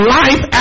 life